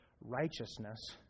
righteousness